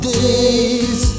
days